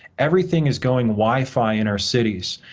everything is going wi-fi in our cities,